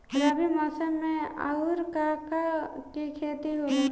रबी मौसम में आऊर का का के खेती होला?